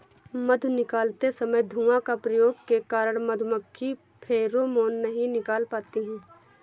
मधु निकालते समय धुआं का प्रयोग के कारण मधुमक्खी फेरोमोन नहीं निकाल पाती हैं